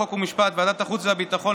חוק ומשפט וועדת החוץ והביטחון,